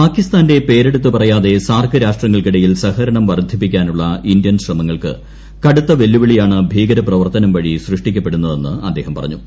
പാകിസ്ഥാന്റെ പേരെടുത്ത് പറയാതെ സാർക്ക് രാഷ്ട്രങ്ങൾക്കിടയിൽ സഹകരണം വർദ്ധിപ്പിക്കാനുള്ള ഇന്ത്യൻ ശ്രമങ്ങൾക്ക് കടുത്ത വെല്ലുവിളിയാണ് ഭീകര പ്രവർത്തനം വഴി സൃഷ്ടിക്കപ്പെടുന്നതെന്ന് അദ്ദേഹം പറഞ്ഞു